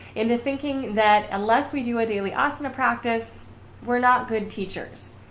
into thinking that unless we do a daily asana practice were not good teachers.